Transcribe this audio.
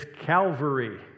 Calvary